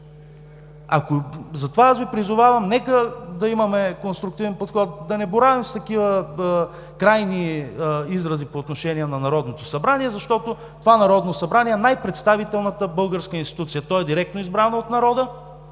тогава? Затова аз Ви призовавам: нека да имаме конструктивен подход, да не боравим с такива крайни изрази по отношение на Народното събрание, защото това Народно събрание е най-представителната българска институция. То е директно избрано от народа,